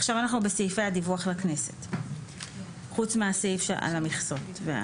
עכשיו אנחנו בסעיפי הדיווח לכנסת חוץ מהסעיף על המכסות.